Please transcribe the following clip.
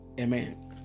Amen